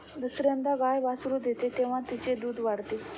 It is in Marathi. दुसर्यांदा गाय वासरू देते तेव्हा तिचे दूध वाढते